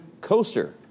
coaster